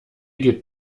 geht